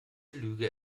lüge